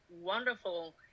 wonderful